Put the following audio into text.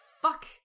fuck